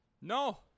No